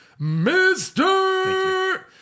Mr